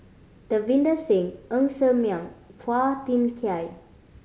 Davinder Singh Ng Ser Miang and Phua Thin Kiay